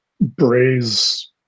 braise